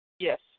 Yes